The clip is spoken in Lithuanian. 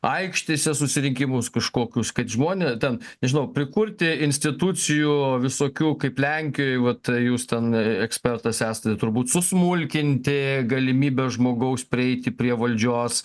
aikštėse susirinkimus kažkokius kad žmonės ten nežinau prikurti institucijų visokių kaip lenkijoj vat jūs ten ekspertas esate turbūt susmulkinti galimybę žmogaus prieiti prie valdžios